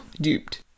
duped